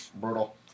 Brutal